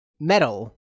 metal